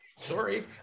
Sorry